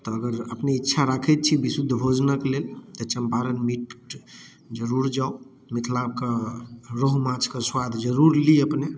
तऽ अगर अपने इच्छा राखैत छी विशुद्ध भोजनक लेल तऽ चंपारण मीट जरुर जाउ मिथिला कऽ रोहु माछ कऽ स्वाद जरुर ली अपने